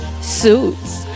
Suits